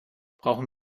brauchen